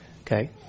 Okay